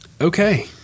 Okay